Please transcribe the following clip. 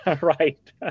Right